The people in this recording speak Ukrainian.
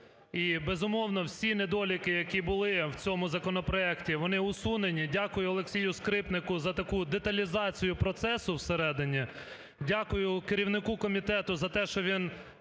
і, безумовно, всі недоліки, які були в цьому законопроекті, вони усунені. Дякую Олексію Скрипнику за таку деталізацію процесу всередині. Дякую керівнику комітету за те, що він